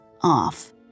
off